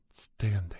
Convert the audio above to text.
standing